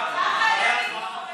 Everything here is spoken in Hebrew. הוא אמר פנים.